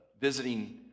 visiting